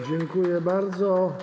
Dziękuję bardzo.